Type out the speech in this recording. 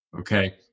okay